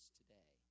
today